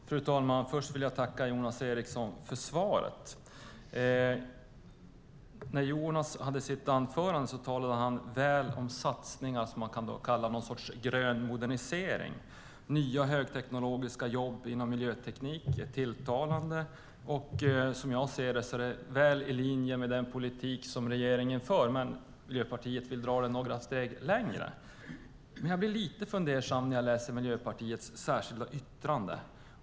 Fru talman! Först vill jag tacka Jonas Eriksson för svaret. Jonas talade i sitt anförande väl om satsningar som man kan kalla för någon sorts grön modernisering. Nya högteknologiska jobb inom miljöteknik är tilltalande, och som jag ser det ligger det väl i linje med den politik som regeringen för. Men Miljöpartiet vill dra det några steg längre. Jag blir lite fundersam när jag läser Miljöpartiets särskilda yttrande.